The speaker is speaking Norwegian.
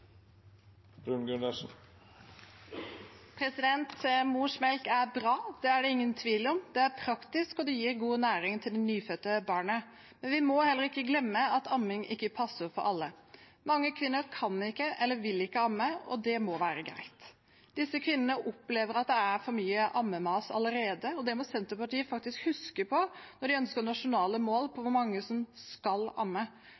er bra. Det er det ingen tvil om. Det er praktisk, og det gir god næring til det nyfødte barnet. Men vi må heller ikke glemme at amming ikke passer for alle. Mange kvinner kan ikke eller vil ikke amme, og det må være greit. Disse kvinnene opplever at det er for mye ammemas allerede, og det må Senterpartiet faktisk huske på når de ønsker nasjonale mål for hvor mange som skal amme.